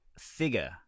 figure